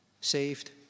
Saved